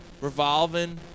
revolving